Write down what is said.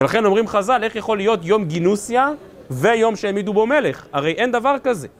ולכן אומרים חז"ל, איך יכול להיות יום גינוסיה ויום שהעמידו בו מלך? הרי אין דבר כזה.